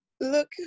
look